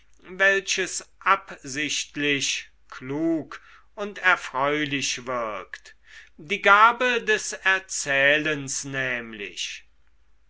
welches absichtlich klug und erfreulich wirkt die gabe des erzählens nämlich